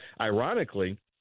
ironically